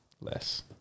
Less